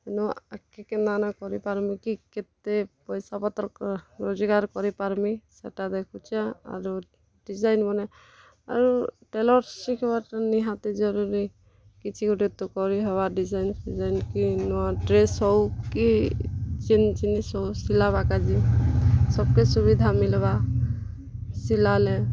ନ ଆଗ୍କେ କେନ୍ତା କିନା କରିପାର୍ମି କି କେତେ ପଇସା ପତର୍ ରୋଜଗାର୍ କରିପାର୍ମି ସେଟା ଦେଖୁଛେଁ ଆରୁ ଡ଼ିଜାଇନ୍ ମାନେ ଆରୁ ଟେଲର୍ ଶିଖ୍ବାର୍ ଟା ନିହାତି ଜରୁରୀ କିଛି ଗୁଟେ ତ କରିହେବା ଡ଼ିଜାଇନ୍ ଫିଜାଇନ୍ କି ନୂଆଁ ଡ଼୍ରେସ୍ ହେଉ କି ଯେନ୍ ଜିନିଷ୍ ହେଉ ସିଲାବାର୍ କା'ଯେ ସବ୍କେ ସୁବିଧା ମିଲ୍ବା ସିଲାଲେ